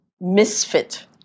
misfit